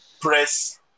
press